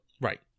right